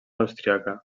austríaca